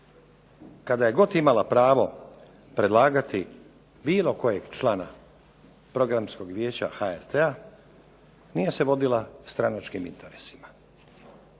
kada je god imala pravo predlagati bilo kojeg člana Programskog vijeća HRT-a nije se vodila stranačkim interesima.